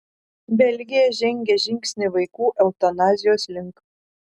belgija žengė žingsnį vaikų eutanazijos link